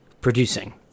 producing